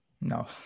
No